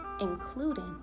including